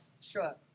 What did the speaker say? Sure